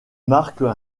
marquent